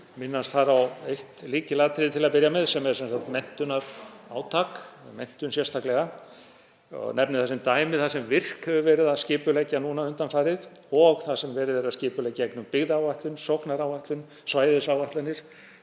minnast þar á eitt lykilatriði til að byrja með sem er menntunarátak, menntun sérstaklega. Ég nefni þar sem dæmi það sem Virk hefur verið að skipuleggja núna undanfarið og það sem verið er að skipuleggja gegnum byggðaáætlun, sóknaráætlun, svæðisáætlanir.